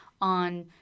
on